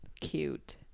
Cute